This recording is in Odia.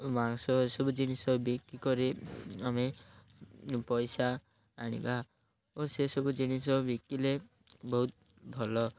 ମାଂସ ଏସବୁ ଜିନିଷ ବିକି କରି ଆମେ ପଇସା ଆଣିବା ଓ ସେସବୁ ଜିନିଷ ବିକିଲେ ବହୁତ ଭଲ